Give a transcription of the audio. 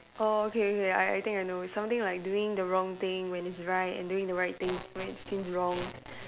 orh okay okay I I think I know it's something like doing the wrong thing when it's right and doing the right thing is when it seems wrong